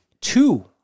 two